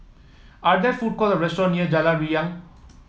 are there food courts or restaurant near Jalan Riang